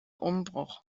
umbruch